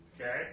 Okay